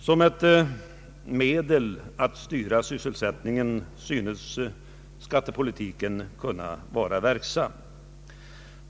Som ett medel att styra sysselsättningen synes skattepolitiken kunna vara verksam.